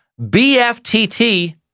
BFTT